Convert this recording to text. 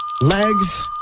legs